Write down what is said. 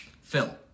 Phil